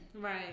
right